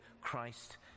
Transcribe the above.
Christ